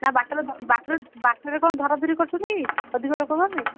ନା ବାଟରେ ବାଟରେ ବାଟରେ କଣ ଧରା ଧରି କରୁଛନ୍ତି କି ଅଧିକ ଲୋକ ଭାବି